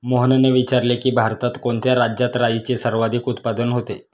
मोहनने विचारले की, भारतात कोणत्या राज्यात राईचे सर्वाधिक उत्पादन होते?